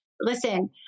listen